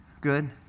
Good